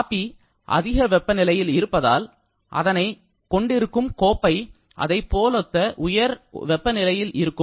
coffee அதிக வெப்ப நிலையில் இருப்பதால் அதனை கொண்டிருக்கும் கோப்பை அதைப்போலொத்த உயர் வெப்பநிலையில் இருக்கும்